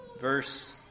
Verse